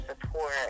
support